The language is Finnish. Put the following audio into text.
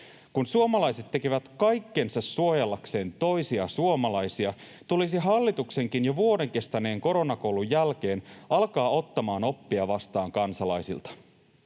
Kun suomalaiset tekevät kaikkensa suojellakseen toisia suomalaisia, tulisi hallituksenkin jo vuoden kestäneen koronakoulun jälkeen alkaa ottamaan oppia vastaan kansalaisilta.